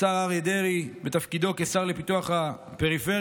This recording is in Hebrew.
השר אריה דרעי בתפקידו כשר לפיתוח הפריפריה,